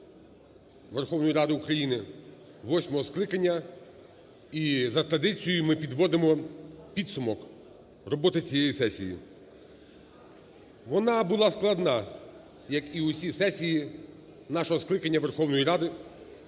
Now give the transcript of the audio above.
Верховної Ради України восьмого скликання і, за традицією, ми підводимо підсумок роботи цієї сесії. Вона була складна, як і усі сесії нашого скликання Верховної Ради,